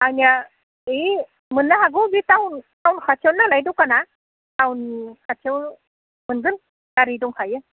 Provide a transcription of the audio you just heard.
आंनिया ओइ मोननो हागौ बे टाउन टाउन खाथियावनो नालाय दखाना टाउन खाथियाव मोनगोन गारि दंखायो